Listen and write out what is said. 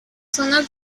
zonas